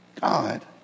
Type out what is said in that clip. God